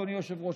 אדוני היושב-ראש?